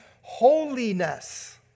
holiness